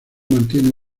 mantiene